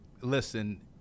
Listen